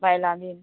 बायलां बी